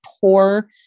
poor